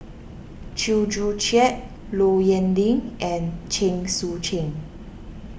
Chew Joo Chiat Low Yen Ling and Chen Sucheng